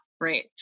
right